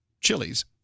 chilies